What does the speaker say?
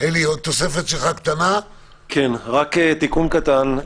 רק תיקון קטן.